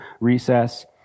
recess